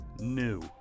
new